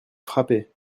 frappés